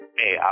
hey